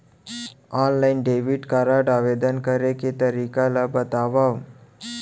Online debit card आवेदन करे के तरीका ल बतावव?